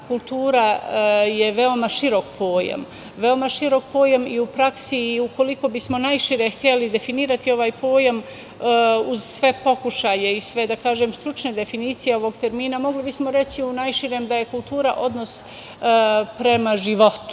kultura veoma širok pojam i u praksi i ukoliko bismo najšire hteli definirati ovaj pojam, uz sve pokušaje i stručne definicije ovog termina, mogli bismo reći u najširem da je kultura odnosa prema životu,